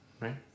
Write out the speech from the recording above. right